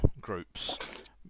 groups